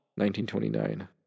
1929